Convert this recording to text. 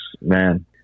man